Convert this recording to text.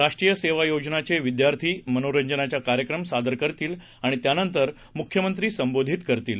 राष्ट्रीय सेवा योजनाचे विद्यार्थी मनोरंजनाच्या कार्यक्रम सादर करतील आणि नंतर मुख्यमंत्री संबोधित करतील